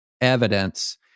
evidence